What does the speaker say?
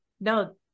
No